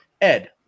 Ed